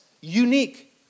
unique